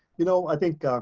you know, i think